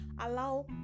allow